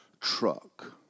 truck